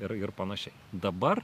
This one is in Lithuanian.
ir ir panašiai dabar